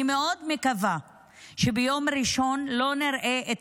אני מאוד מקווה שביום ראשון לא נראה את